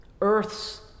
Earth's